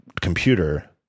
computer